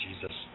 Jesus